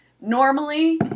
normally